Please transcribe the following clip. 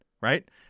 right